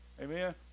Amen